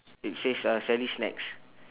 it says ah sally's snacks